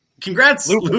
Congrats